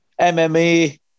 MMA